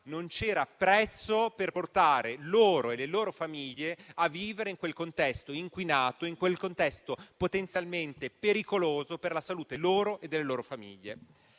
non c'era prezzo per portare loro e le loro famiglie a vivere in quel contesto inquinato e potenzialmente pericoloso per la loro salute e quella delle loro famiglie.